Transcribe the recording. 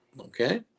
Okay